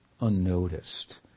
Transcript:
unnoticed